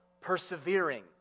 persevering